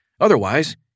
Otherwise